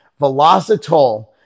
Velocitol